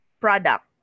product